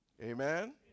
Amen